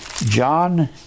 John